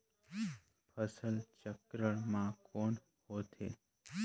फसल चक्रण मा कौन होथे?